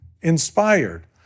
inspired